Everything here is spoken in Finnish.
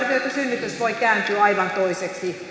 synnytys voi kääntyä aivan toiseksi